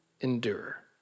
endure